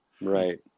right